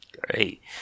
great